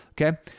okay